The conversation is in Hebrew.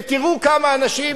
ותראו כמה אנשים,